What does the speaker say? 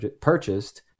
purchased